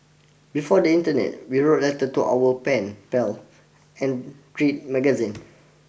before the internet we wrote letters to our pen pals and read magazines